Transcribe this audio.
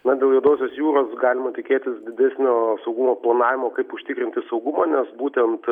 na dėl juodosios jūros galima tikėtis didesnio saugumo planavimo kaip užtikrinti saugumą nes būtent